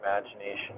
imagination